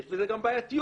זה יוצר גם בעייתיות,